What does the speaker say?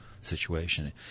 situation